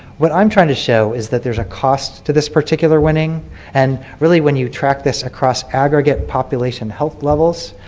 what i'm trying to show is there is a cost to this particular winning and really when you track this across aggregate population health levels,